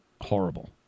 horrible